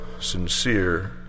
sincere